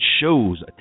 shows